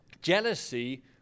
Jealousy